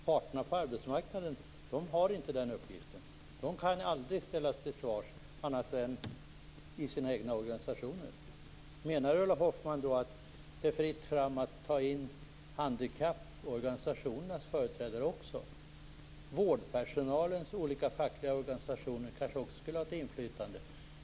Parterna på arbetsmarknaden har inte den uppgiften. De kan aldrig ställas till svars annat än i sina egna organisationer. Menar Ulla Hoffmann att det är fritt fram att ta in företrädare från handikapporganisationerna? Vårdpersonalens olika fackliga organisationer kanske också skulle ha inflytande?